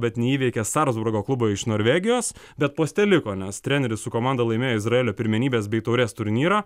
bet neįveikė sarzburgo klubo iš norvegijos bet poste liko nes treneris su komanda laimėjo izraelio pirmenybes bei taurės turnyrą